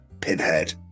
pinhead